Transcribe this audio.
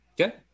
Okay